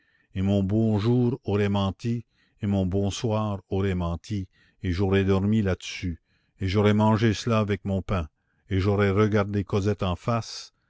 et mon bonjour aurait menti et mon bonsoir aurait menti et j'aurais dormi là-dessus et j'aurais mangé cela avec mon pain et j'aurais regardé cosette en face